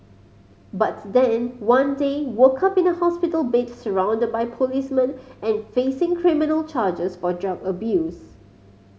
but then one day woke up in a hospital bed surrounded by policemen and facing criminal charges for drug abuse